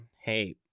hey